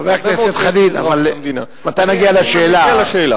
חבר הכנסת חנין, אבל מתי נגיע לשאלה?